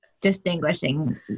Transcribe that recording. distinguishing